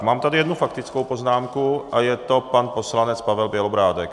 Mám tady jednu faktickou poznámku a je to pan poslanec Pavel Bělobrádek.